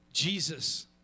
Jesus